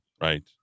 right